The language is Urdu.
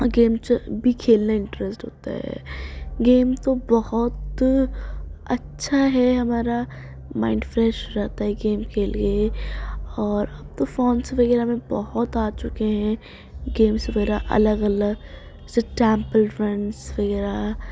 گیم بھی کھیلنے میں انٹرسٹ ہوتا ہے گیم تو بہت اچھا ہے ہمارا مائنڈ فریش رہتا ہے گیم کھیل کے اور اب تو فونس وغیرہ میں بہت آ چکے ہیں گیمس وغیرہ الگ الگ جیسے ٹیمپل رنس وغیرہ